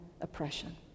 oppression